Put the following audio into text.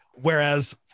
whereas